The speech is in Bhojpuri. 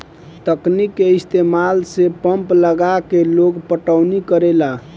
तकनीक के इस्तमाल से पंप लगा के लोग पटौनी करेला